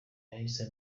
yahise